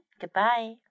goodbye